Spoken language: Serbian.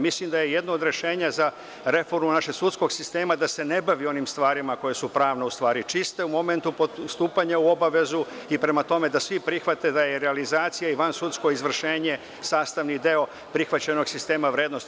Mislim da je jedno od rešenja za reformu našeg sudskog sistema da se ne bavi onim stvarima koje su pravno u stvari čiste u momentu stupanja u obavezu i prema tome da svi prihvate da je realizacija i vansudsko izvršenje sastavni deo prihvaćenog sistema vrednosti.